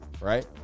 right